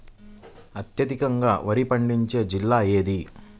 అత్యధికంగా వరి పండించే జిల్లా ఏది?